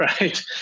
right